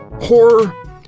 horror